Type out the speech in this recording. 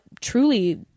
truly